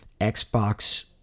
Xbox